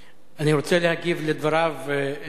אני רוצה להגיב על דבריו של